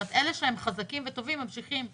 כלומר אלה שהם חזקים וטובים ממשיכים לקנות,